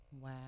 Wow